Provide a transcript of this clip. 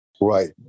Right